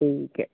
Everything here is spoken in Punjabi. ਠੀਕ ਹੈ